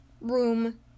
room